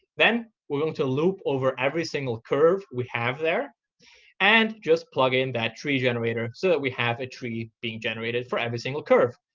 then we're going to loop over every single curve we have there and just plug in that tree generator so that we have a tree being generated for every single curve.